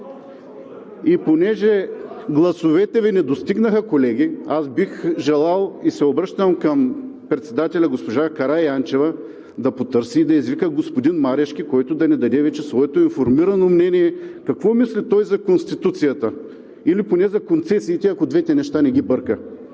И понеже гласовете Ви не достигнаха, колеги, аз бих желал и се обръщам към председателя госпожа Караянчева да потърси и да извика господин Марешки, който да ни даде вече своето информирано мнение какво мисли той за Конституцията или поне за концесиите, ако двете неща не ги бърка.